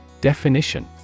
Definition